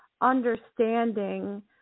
understanding